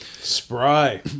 Spry